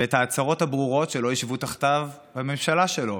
ואת ההצהרות הברורות שלא ישבו תחתיו בממשלה שלו.